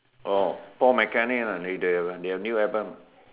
oh four mechanic lah they have a they have a new album